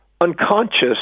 unconscious